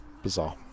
bizarre